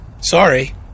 Sorry